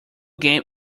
game